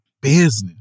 business